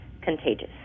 contagious